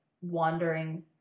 wandering